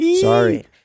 sorry